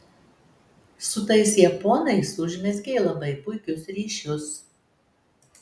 su tais japonais užmezgei labai puikius ryšius